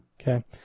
Okay